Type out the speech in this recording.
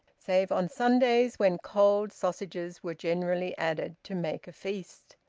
save on sundays, when cold sausages were generally added, to make a feast.